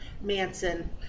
Manson